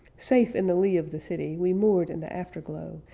safe in the lee of the city we moored in the afterglow,